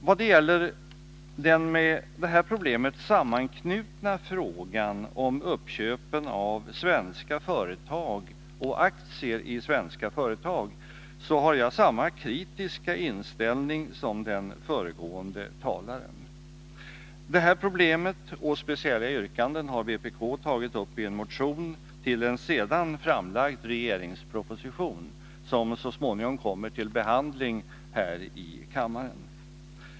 Vad gäller den med detta problem sammanknutna frågan om uppköpen av svenska företag och aktier i svenska företag har jag samma kritiska inställning som den föregående talaren. Detta problem och speciella yrkanden har vpk tagit upp i en motion till en regeringsproposition, som så småningom skall behandlas här i kammaren.